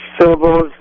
syllables